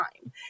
time